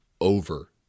over